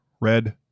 Red